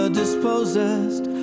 dispossessed